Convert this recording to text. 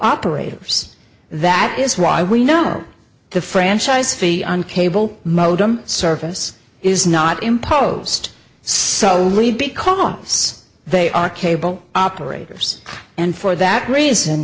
operators that is why we know the franchise fee and cable modem service is not imposed so leave because they are cable operators and for that reason